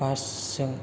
बासजों